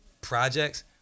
projects